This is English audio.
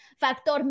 Factor